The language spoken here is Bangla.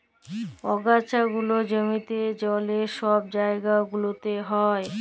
আগাছা গুলা জমিতে, জলে, ছব জাইগা গুলাতে হ্যয়